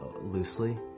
loosely